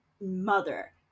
mother